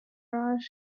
raj